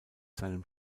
seinem